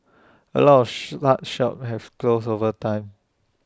A lots such shops have closed over time